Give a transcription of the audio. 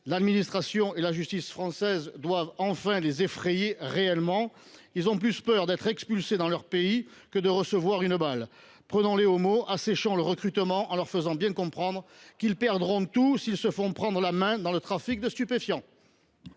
L’administration et la justice françaises doivent enfin les effrayer réellement. Ils ont plus peur d’être expulsés dans leur pays que de recevoir une balle ! Prenons les au mot : asséchons le recrutement, en leur faisant bien comprendre qu’ils perdront tout s’ils se font prendre la main dans le trafic de stupéfiants